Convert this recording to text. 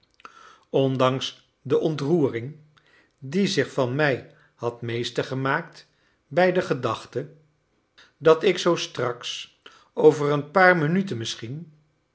ondanks de ontroering die zich van mij had meester gemaakt bij de gedachte dat ik zoo straks over een paar minuten misschien